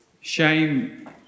Shame